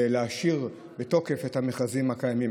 להשאיר בתוקף את המכרזים הקיימים,